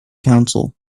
council